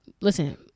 listen